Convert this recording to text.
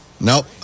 Nope